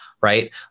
Right